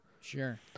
Sure